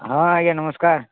ହଁ ଆଜ୍ଞା ନମସ୍କାର